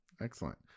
excellent